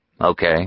Okay